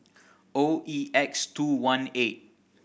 O E X two one eight